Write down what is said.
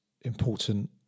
important